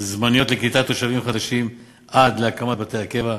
זמניות לקליטת תושבים חדשים עד להקמת בתי הקבע,